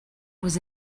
was